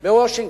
בוושינגטון.